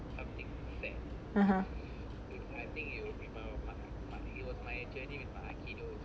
(uh huh)